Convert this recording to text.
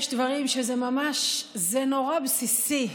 יש דברים שזה נורא בסיסי: